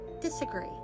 disagree